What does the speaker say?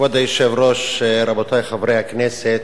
כבוד היושב-ראש, רבותי חברי הכנסת,